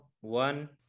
one